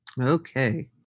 Okay